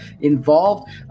involved